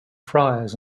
friars